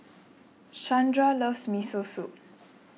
Shandra loves Miso Soup